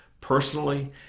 personally